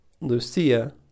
Lucia